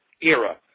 era